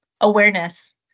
awareness